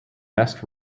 best